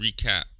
recap